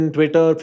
Twitter